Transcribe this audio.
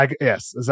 Yes